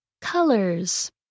Colors